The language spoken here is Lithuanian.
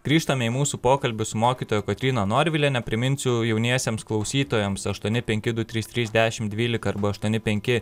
grįžtam į mūsų pokalbius mokytoja kotryna norviliene priminsiu jauniesiems klausytojams aštuoni penki du trys trys dešimt dvylika arba aštuoni penki